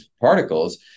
particles